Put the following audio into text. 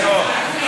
תזכור.